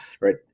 right